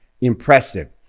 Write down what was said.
impressive